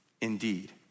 Indeed